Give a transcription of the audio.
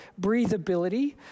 breathability